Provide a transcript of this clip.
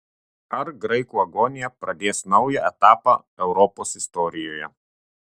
ar graikų agonija pradės naują etapą europos istorijoje